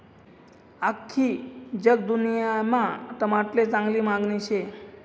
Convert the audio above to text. आख्खी जगदुन्यामा टमाटाले चांगली मांगनी शे